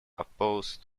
opposed